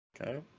Okay